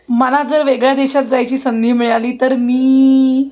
मला जर वेगळ्या देशात जायची संधी मिळाली तर मी